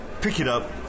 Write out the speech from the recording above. pick-it-up